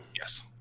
Yes